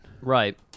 Right